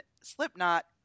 Slipknot